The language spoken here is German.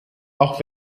auch